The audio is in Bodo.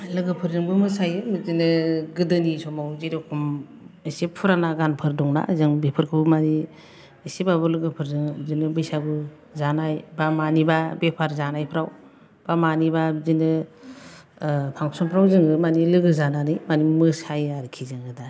लोगोफोरजोंबो मोसायो बिदिनो गोदोनि समाव जेर'खम एसे पुराना गानफोर दं ना जों बेफोरखौ मानि एसेबाबो लोगोफोरजों बैसागु जानाय बा मानिबा बेफार जानायफ्राव बा मानिबा बिदिनो फांक्सन फ्राव जोङो लोगो जानानै मानि मोसायो आरोखि जोङो दा